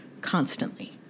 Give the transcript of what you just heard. constantly